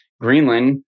Greenland